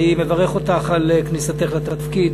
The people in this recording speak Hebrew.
אני מברך אותך על כניסתך לתפקיד.